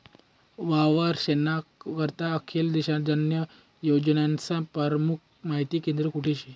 वावरेस्ना करता आखेल देशन्या योजनास्नं परमुख माहिती केंद्र कोठे शे?